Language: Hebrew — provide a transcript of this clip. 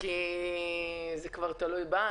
כי זה כבר תלוי בה.